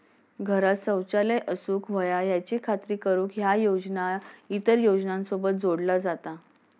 घरांत शौचालय असूक व्हया याची खात्री करुक ह्या योजना इतर योजनांसोबत जोडला जाता